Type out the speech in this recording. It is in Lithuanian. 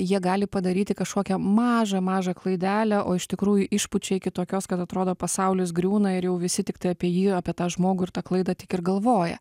jie gali padaryti kažkokią mažą mažą klaidelę o iš tikrųjų išpučia iki tokios kad atrodo pasaulis griūna ir jau visi tiktai apie jį apie tą žmogų ir tą klaidą tik ir galvoja